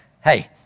hey